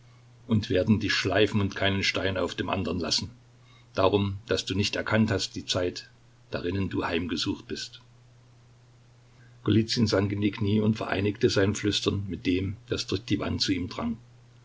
und werden dich schleifen und keinen stein auf dem andern lassen darum daß du nicht erkannt hast die zeit darinnen du heimgesucht bist golizyn sank in die knie und vereinigte sein flüstern mit dem das durch die wand zu ihm drang